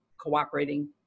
cooperating